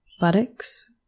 buttocks